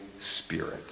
Spirit